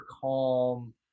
calm